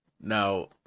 Now